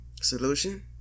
solution